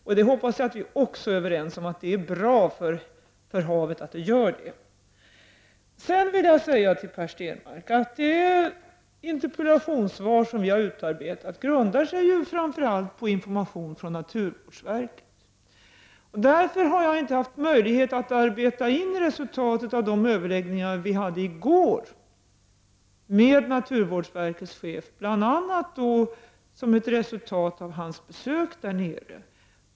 Jag hoppas att vi också är överens om att det är bra för havet att det gör det. Sedan vill jag säga till Per Stenmarck att det interpellationssvar som vi har utarbetat grundar sig på framför allt information från naturvårdsverket. Jag har inte haft möjlighet att arbeta in resultatet av de överläggningar som vi hade i går med naturvårdsverkets chef, bl.a. som ett resultat av hans besök där nere.